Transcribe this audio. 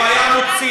אם היה מוציא,